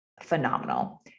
phenomenal